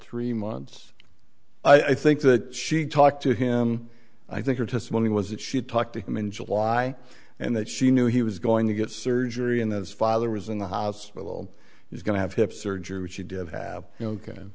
three months i think that she talked to him i think her testimony was that she talked to him in july and that she knew he was going to get surgery and that his father was in the hospital he's going to have hip surgery which she did have